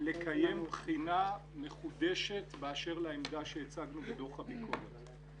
לקיים בחינה מחודשת באשר לעמדה שהצגנו בדוח הביקורת.